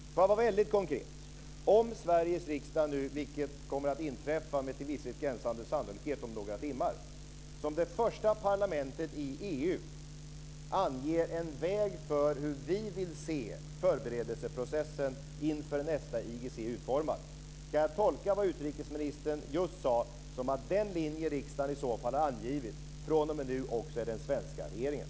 För att vara väldigt konkret: Om Sveriges riksdag nu - vilket med en till visshet gränsande sannolikhet kommer att inträffa om några timmar - som det första parlamentet i EU anger en väg för hur vi vill se förberedelseprocessen inför nästa IGC utformad, kan jag då tolka det utrikesministern just sade som att den linje riksdagen i så fall angivit fr.o.m. nu också är den svenska regeringens?